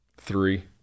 Three